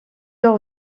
leur